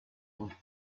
with